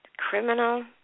Criminal